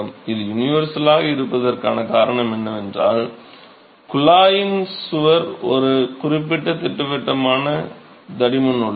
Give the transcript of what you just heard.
இது யுனிவர்சலாக இருப்பதற்கான காரணம் என்னவென்றால் குழாயின் சுவருக்கு ஒரு குறிப்பிட்ட திட்டவட்டமான தடிமன் உள்ளது